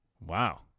Wow